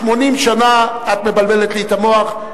80 שנה את מבלבלת לי את המוח,